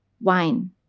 wine